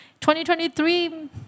2023